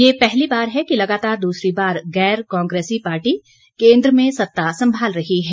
ये पहली बार है कि लगातार दूसरी बार गैर कांग्रेसी पार्टी केन्द्र में सत्ता संभाल रही है